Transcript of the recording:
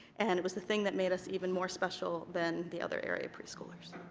and it was the thing that made us even more special than the other area preschoolers.